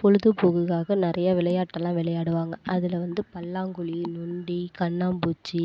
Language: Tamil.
பொழுது போக்குக்காக நிறைய விளையாட்டுலாம் விளையாடுவாங்க அதில் வந்து பல்லாங்குழி நொண்டி கண்ணாபூச்சி